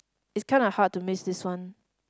it's kinda hard to miss this one